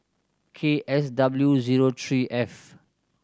K S W zero three F